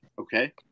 okay